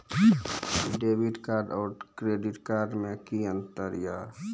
Debit card और credit card मे कि अंतर या?